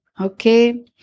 okay